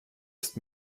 ist